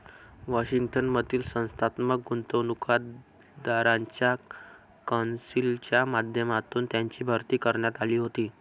Washington मधील संस्थात्मक गुंतवणूकदारांच्या कौन्सिलच्या माध्यमातून त्यांची भरती करण्यात आली होती